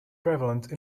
prevalence